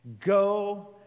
go